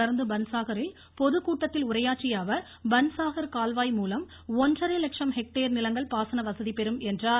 தொடர்ந்து பன்ஸாகரில் பொதுக்கூட்டத்தில் உரையாற்றியஅவர் பன்ஸாகர் கால்வாய்மூலம் ஒன்றரை லட்சம் ஹெக்டேர் நிலங்கள் பாசன வசதிபெறும் என்றார்